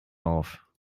auf